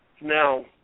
Now